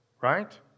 right